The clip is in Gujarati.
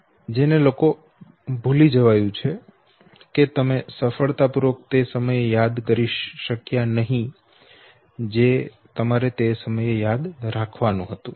જેને લોકો ભૂલી જવાયું છે કે તમે સફળતાપૂર્વક તે સમયે યાદ કરી શક્યા નહીં જે તમારે તે સમયે યાદ રાખવાનું હતું